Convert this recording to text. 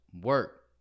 work